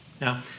Now